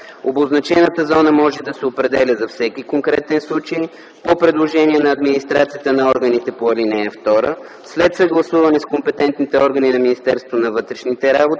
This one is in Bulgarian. Обозначената зона може да се определя за всеки конкретен случай по предложение на администрацията на органите по ал. 2, след съгласуване с компетентните органи на Министерството на вътрешните работи